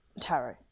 Tarot